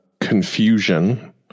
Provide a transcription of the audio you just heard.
confusion